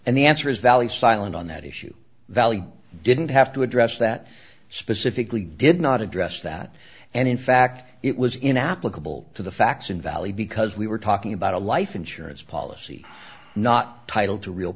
and the answer is valley silent on that issue value didn't have to address that specifically did not address that and in fact it was inapplicable to the facts invalid because we were talking about a life insurance policy not title to real